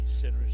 sinners